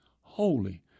holy